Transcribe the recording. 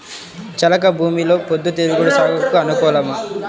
చెలక భూమిలో పొద్దు తిరుగుడు సాగుకు అనుకూలమా?